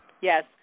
Yes